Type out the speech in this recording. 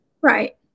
Right